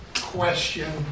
question